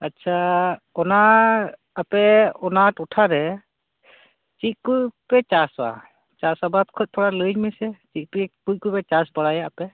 ᱟᱪᱷᱟ ᱚᱱᱟ ᱟᱯᱮ ᱚᱱᱟ ᱴᱚᱴᱷᱟ ᱨᱮ ᱪᱮᱫ ᱠᱚ ᱯᱮ ᱪᱟᱥᱟ ᱪᱟᱥ ᱟᱵᱟᱫᱽ ᱠᱚ ᱛᱷᱚᱲᱟ ᱞᱟ ᱭᱟᱹᱧ ᱢᱮᱥᱮ ᱪᱮᱫ ᱠᱚᱯᱮ ᱪᱟᱥ ᱵᱟᱲᱟᱭᱟ ᱟᱯᱮ